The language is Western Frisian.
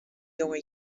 jonge